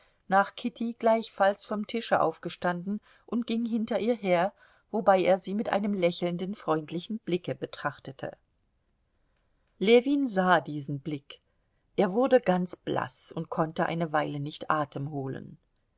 nach kitty gleichfalls vom tische aufgestanden und ging hinter ihr her wobei er sie mit einem lächelnden freundlichen blick betrachtete ljewin sah diesen blick er wurde ganz blaß und konnte eine weile nicht atem holen